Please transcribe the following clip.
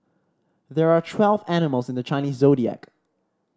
there are twelve animals in the Chinese Zodiac